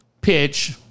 pitch